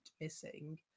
missing